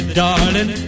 darling